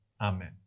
Amen